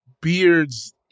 beards